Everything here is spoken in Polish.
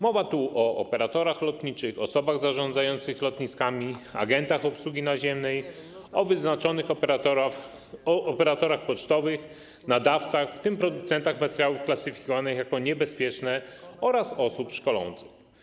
Mowa tu o operatorach lotniczych, osobach zarządzających lotniskami, agentach obsługi naziemnej, o wyznaczonych operatorach pocztowych, nadawcach, w tym producentach materiałów klasyfikowanych jako niebezpieczne oraz osobach szkolących.